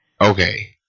Okay